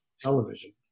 Television